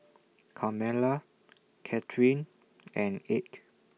Carmella Kathrine and Ike